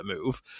move